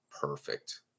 perfect